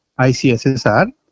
ICSSR